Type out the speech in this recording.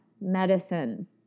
medicine